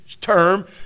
term